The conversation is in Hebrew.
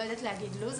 אני לא יודעת להגיד לו"ז,